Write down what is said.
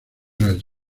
las